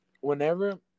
Whenever